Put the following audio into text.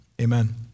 Amen